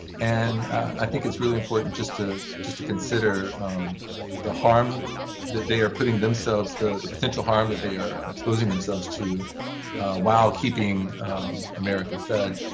and i think it's really important just to just to consider the harm that they are putting themselves, the the potential harm that they are exposing themselves to while keeping america fed.